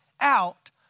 out